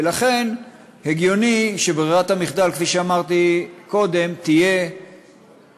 ולכן הגיוני שברירת המחדל, כפי שאמרתי קודם, תהיה